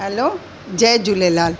hello जय झूलेलाल